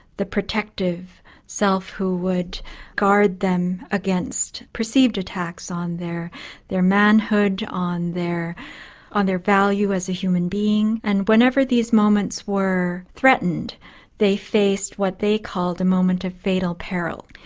the protective self who would guard them against perceived attacks on their their manhood, on their on their value as a human being. and whenever these moments were threatened they faced what they called the moment of fatal peril.